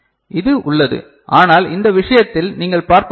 இது உள்ளது ஆனால் இந்த விஷயத்தில் நீங்கள் பார்ப்பது என்ன